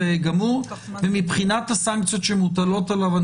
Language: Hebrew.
מבחינת הסנקציות שמוטלות עליו,